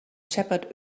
shepherd